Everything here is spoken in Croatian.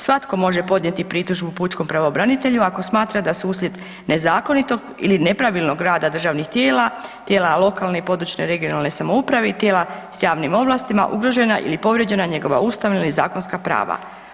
Svatko može podnijeti pritužbu pučkom pravobranitelju ako smatra da su uslijed nezakonitog ili nepravilnog rada državnih tijela, tijela lokalne i područne (regionalne) samouprave i tijela sa javnim ovlastima ugrožena ili povrijeđena njegova ustavna ili zakonska prava.